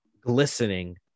Glistening